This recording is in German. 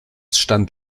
stand